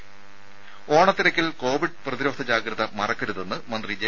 രുമ ഓണത്തിരക്കിൽ കോവിഡ് പ്രതിരോധ ജാഗ്രത മറക്കരുതെന്ന് മന്ത്രി ജെ